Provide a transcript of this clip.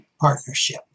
partnership